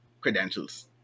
credentials